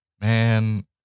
Man